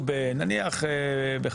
זאת דרך אחת של הסדרה.